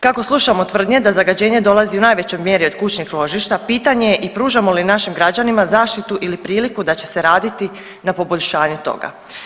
Kako slušamo tvrdnje za zagađenje dolazi u najvećoj mjeri od kućnih ložišta pitanje je i pružamo li našim građanima zaštitu ili priliku da će se raditi na poboljšanju toga.